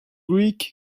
greek